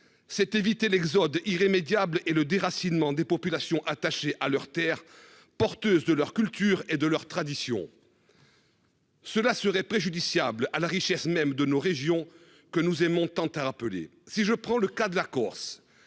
c'est éviter l'exode irrémédiable et le déracinement des populations attachés à leur terre. Porteuse de leur culture et de leurs traditions. Cela serait préjudiciable à la richesse même de nos régions que nous aimons tant, a rappelé, si je prends le cas de la Corse